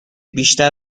بیشتر